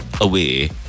away